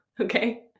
okay